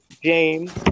James